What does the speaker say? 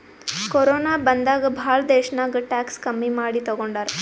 corona ಬಂದಾಗ್ ಭಾಳ ದೇಶ್ನಾಗ್ ಟ್ಯಾಕ್ಸ್ ಕಮ್ಮಿ ಮಾಡಿ ತಗೊಂಡಾರ್